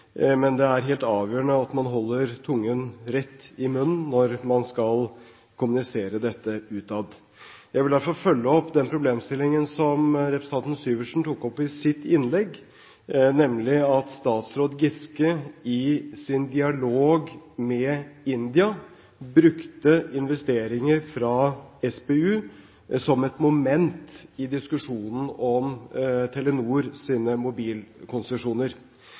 men det er helt avgjørende at man holder tungen rett i munnen når man skal kommunisere dette utad. Jeg vil derfor følge opp den problemstillingen som representanten Syversen tok opp i sitt innlegg, nemlig at statsråd Giske i sin dialog med India brukte investeringer fra SPU som et moment i diskusjonen om Telenors mobilkonsesjoner.